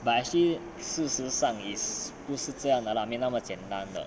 but actually 事实上 is 不是这样的啦没那么简单的